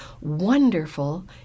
wonderful